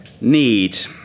need